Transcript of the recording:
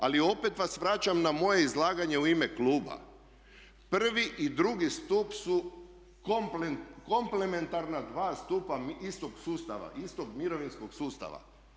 Ali opet vas vraćam na moje izlaganje u ime kluba, prvi i drugi stup su komplementarna dva stupa istog sustava, istog mirovinskog sustava.